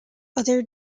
other